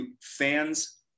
fans